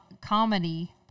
comedy